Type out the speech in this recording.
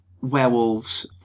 werewolves